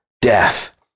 death